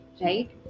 right